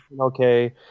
okay